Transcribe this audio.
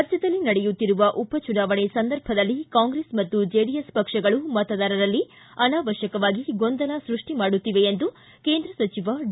ರಾಜ್ಯದಲ್ಲಿ ನಡೆಯುತ್ತಿರುವ ಉಪಚುನಾವಣೆ ಸಂದರ್ಭದಲ್ಲಿ ಕಾಂಗ್ರೆಸ್ ಮತ್ತು ಜೆಡಿಎಸ್ ಪಕ್ಷಗಳು ಮತದಾರರಲ್ಲಿ ಅನಾವಕ್ಕವಾಗಿ ಗೊಂದಲ ಸೃಸ್ಟಿ ಮಾಡುತ್ತಿವೆ ಎಂದು ಕೇಂದ್ರ ಸಚಿವ ಡಿ